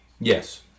Yes